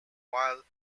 while